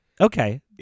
Okay